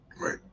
right